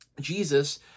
Jesus